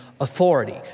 authority